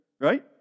Right